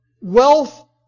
wealth